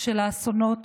של האסונות